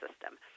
system